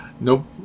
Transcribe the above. Nope